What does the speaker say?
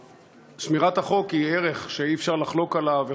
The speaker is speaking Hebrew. שמירת החוק היא ערך שאי-אפשר לחלוק עליו,